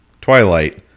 Twilight